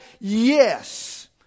yes